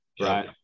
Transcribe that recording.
right